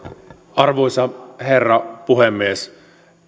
arvoisa herra puhemies